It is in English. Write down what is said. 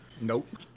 Nope